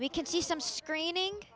we can see some screening